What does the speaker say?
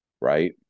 right